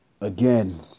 Again